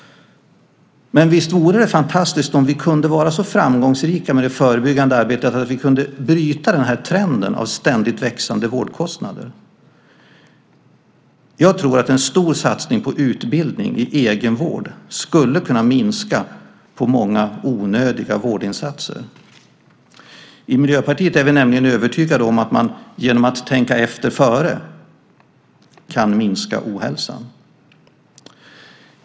Visst vore det fantastiskt om vi kunde vara så framgångsrika med det förebyggande arbetet att vi kunde bryta den här trenden av ständigt växande vårdkostnader? Jag tror att en stor satsning på utbildning i egenvård skulle kunna minska antalet onödiga vårdinsatser. I Miljöpartiet är vi nämligen övertygade om att man genom att tänka efter före kan minska ohälsan.